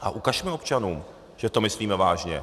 A ukažme občanům, že to myslíme vážně.